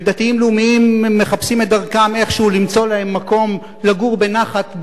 ודתיים-לאומיים מחפשים את דרכם איכשהו למצוא להם מקום לגור בנחת,